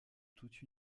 toute